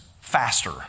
faster